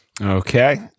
Okay